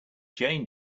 jane